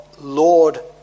Lord